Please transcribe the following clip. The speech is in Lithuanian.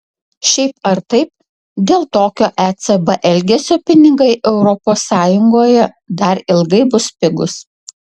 šiaip ar taip dėl tokio ecb elgesio pinigai europos sąjungoje dar ilgai bus pigūs